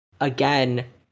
again